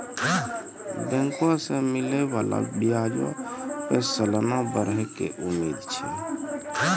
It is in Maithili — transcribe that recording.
बैंको से मिलै बाला ब्याजो पे सलाना बढ़ै के उम्मीद छै